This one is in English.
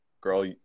Girl